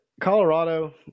Colorado